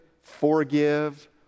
forgive